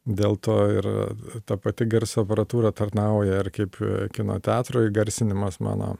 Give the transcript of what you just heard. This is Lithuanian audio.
dėl to ir ta pati garso aparatūra tarnauja ir kaip kino teatro įgarsinimas mano